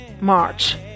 March